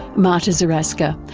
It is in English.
marta zaraska,